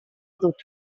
dut